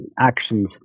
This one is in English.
actions